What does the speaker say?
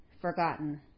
forgotten